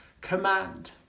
command